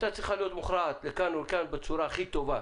הייתה צריכה להיות מוכרעת לכאן או לכאן בצורה הכי טובה